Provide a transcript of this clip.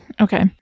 okay